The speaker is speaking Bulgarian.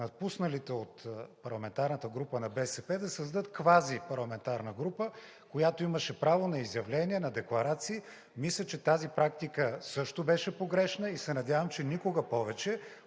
напусналите от парламентарната група на БСП да създадат квази-парламентарна група, която имаше право на изявления, на декларации. Мисля, че тази практика също беше погрешна, и се надявам, че никога повече,